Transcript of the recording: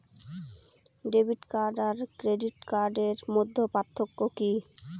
Debit card আর credit কার্ডের মধ্যে পার্থক্য কি?